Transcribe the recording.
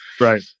Right